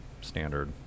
standard